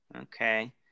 Okay